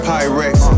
Pyrex